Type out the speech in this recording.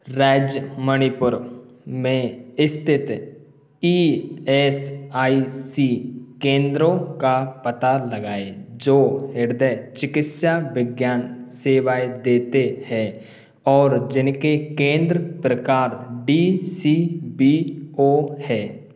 राज्य मणिपुर में स्थित ईएसआईसी केंद्रों का पता लगाएं जो हृदय चिकित्साविज्ञान सेवाएँ देते हैं और जिनके केंद्र प्रकार डीसीबीओ हैं